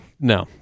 No